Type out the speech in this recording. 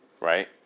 Right